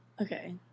Okay